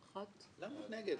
מי בעד?